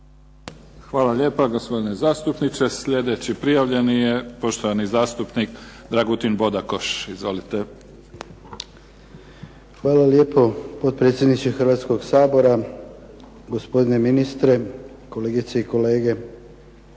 Hvala lijepa, gospodine zastupniče. Sljedeći prijavljeni je poštovani zastupnik Dragutin Bodakoš. Izvolite. **Bodakoš, Dragutin (SDP)** Hvala lijepo, potpredsjedniče Hrvatskoga sabora. Gospodine ministre, kolegice i kolege